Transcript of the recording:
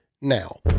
Now